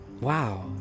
wow